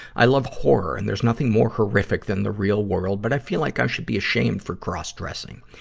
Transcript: i love horror, and there's nothing more horrific than the real world, but i feel like i should be ashamed for cross-dressing.